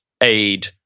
aid